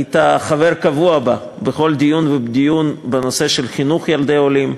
היית חבר קבוע בה בכל דיון ודיון בנושא של חינוך ילדי עולים,